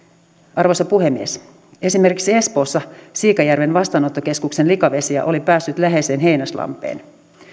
arvoisa puhemies esimerkiksi espoossa siikajärven vastaanottokeskuksen likavesiä oli päässyt läheiseen heinäslampeen